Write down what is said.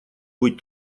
быть